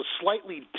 slightly